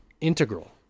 integral